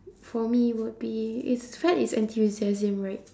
for me would be is fad is enthusiasm right